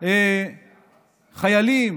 חיילים